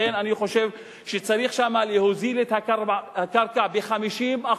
לכן אני חושב שצריך שם להוזיל את הקרקע ב-50%,